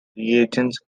reagents